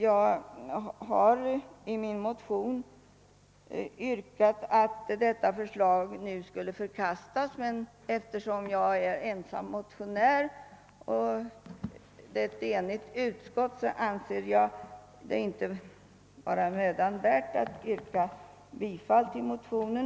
Jag har i min motion yrkat på att förslaget skall förkastas, men eftersom jag är ensam motionär och utskottet är enigt, anser jag det inte vara mödan värt att yrka bifall till motionen.